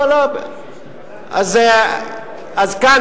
אז כאן